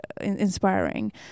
inspiring